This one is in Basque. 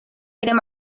diren